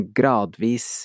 gradvis